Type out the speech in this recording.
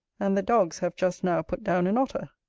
and the dogs have just now put down an otter.